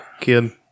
kid